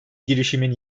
girişimin